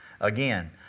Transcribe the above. Again